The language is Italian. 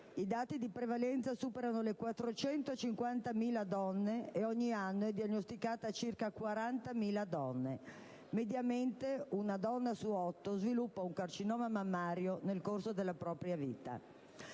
i dati di prevalenza superano le 450.000 donne, e ogni anno tale patologia è diagnosticata a circa 40.000 donne. Mediamente una donna su 8 sviluppa un carcinoma mammario nel corso della propria vita.